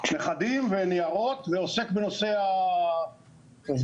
נכדים וניירות ועוסק בנושא העובדים,